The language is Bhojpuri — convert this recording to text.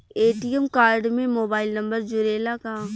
ए.टी.एम कार्ड में मोबाइल नंबर जुरेला का?